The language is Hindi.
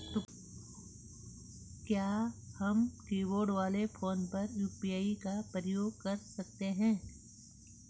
क्या हम कीबोर्ड वाले फोन पर यु.पी.आई का प्रयोग कर सकते हैं?